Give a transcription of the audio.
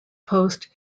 post